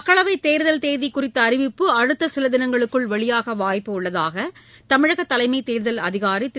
மக்களவைதேர்தல் தேதிகுறித்தஅறிவிப்பு அடுத்தசிலதினங்களுக்குள் வெளியாகவாய்ப்பு உள்ளதாகதமிழகதலைமைதேர்தல் அதிகாரிதிரு